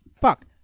fuck